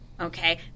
okay